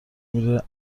میره